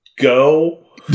go